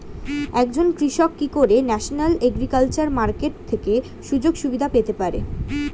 একজন কৃষক কি করে ন্যাশনাল এগ্রিকালচার মার্কেট থেকে সুযোগ সুবিধা পেতে পারে?